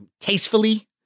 tastefully